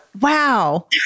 Wow